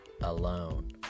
alone